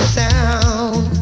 sound